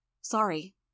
Sorry